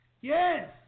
Yes